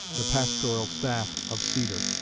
the pastoral staff of cedar.